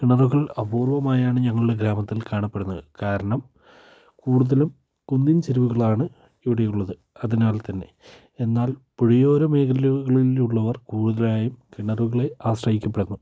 കിണറുകൾ അപൂർവമായമാണ് ഞങ്ങളുടെ ഗ്രാമത്തിൽ കാണപ്പെടുന്നത് കാരണം കൂടുതലും കുന്നിൻ ചെരിവുകളാണ് ഇവിടെ ഉള്ളത് അതിനാൽ തന്നെ എന്നാൽ പുഴയോര മേഖലകളിൽ ഉള്ളവർ കൂടുതലായും കിണറുകളെ ആശ്രയിക്കപ്പെടുന്നു